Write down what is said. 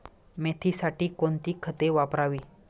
मेथीसाठी कोणती खते वापरावी?